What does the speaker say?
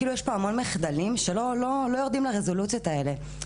זאת אומרת יש פה המון מחדלים שלא יורדים לרזולוציות האלה.